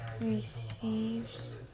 receives